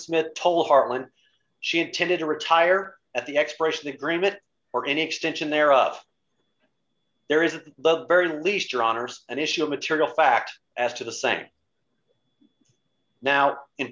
smith told hartman she intended to retire at the expiration the agreement or any extension there of there is the very least your honour's an issue of material fact as to the same now in